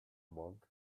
monk